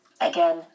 Again